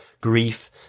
grief